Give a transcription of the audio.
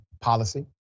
policy